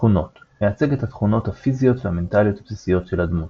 תכונות – מייצג את התכונות הפיזיות והמנטליות הבסיסיות של הדמות.